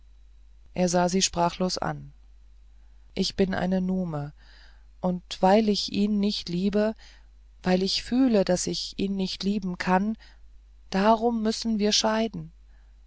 er sah sie sprachlos an ich bin eine nume und weil ich ihn nicht liebe weil ich fühle daß ich ihn nicht lieben kann darum müssen wir scheiden